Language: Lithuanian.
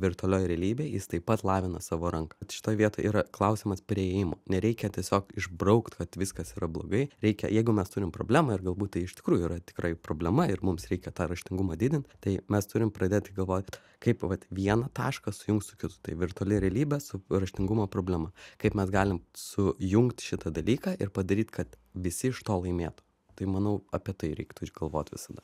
virtualioj realybėj jis taip pat lavina savo ranką šitoj vietoj yra klausimas priėjimo nereikia tiesiog išbraukt kad viskas yra blogai reikia jeigu mes turim problemą ir galbūt tai iš tikrųjų yra tikrai problema ir mums reikia tą raštingumą didint tai mes turim pradėti galvoti kaip vat vieną tašką sujungt su kitu tai virtuali realybė su raštingumo problema kaip mes galim sujungt šitą dalyką ir padaryt kad visi iš to laimėtų tai manau apie tai reiktų galvot visada